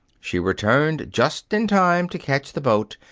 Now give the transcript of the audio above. she returned just in time to catch the boat,